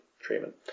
treatment